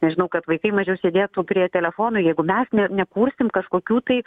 nežinau kad vaikai mažiau sėdėtų prie telefono jeigu mes ne nekursim kažkokių tai